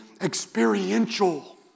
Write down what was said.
experiential